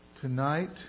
Tonight